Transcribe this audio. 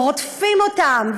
ורודפים אותם,